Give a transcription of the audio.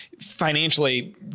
financially